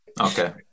Okay